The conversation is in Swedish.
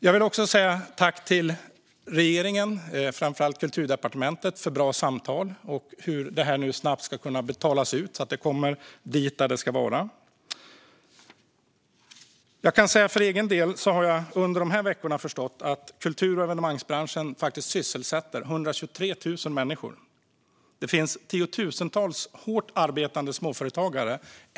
Jag vill också säga tack till regeringen och framför allt Kulturdepartementet för bra samtal och för hur det här snabbt ska betalas ut så att det kommer dit där det ska vara. För egen del har jag under de här veckorna förstått att kultur och evenemangsbranschen sysselsätter 123 000 människor. Det finns tiotusentals hårt arbetande småföretagare.